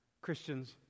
Christians